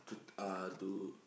to uh to